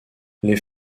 les